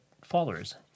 followers